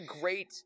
great